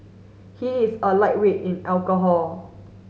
he is a lightweight in alcohol